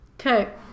okay